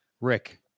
Rick